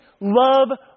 love